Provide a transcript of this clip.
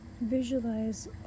Visualize